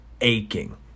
aching